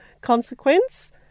consequence